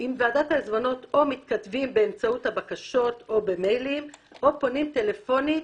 מתכתבים במיילים או שפונים טלפונית.